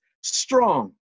strong